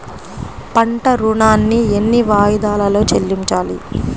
పంట ఋణాన్ని ఎన్ని వాయిదాలలో చెల్లించాలి?